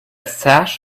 sash